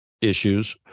issues